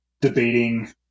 debating